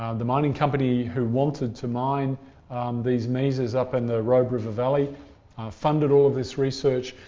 um the mining company who wanted to mine these mesas up in the robe river valley funded all this research.